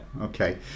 Okay